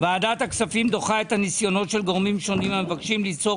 ועדת הכספים דוחה את הניסיונות של גורמים שונים שמבקשים ליצור